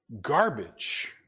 garbage